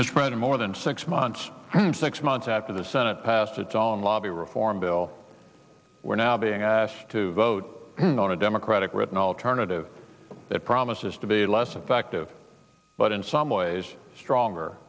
his friend of more than six months six months after the senate passed its on lobby reform bill we're now being asked to vote on a democratic written alternative that promises to be less effective but in some ways stronger